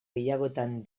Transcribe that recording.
gehiagotan